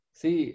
see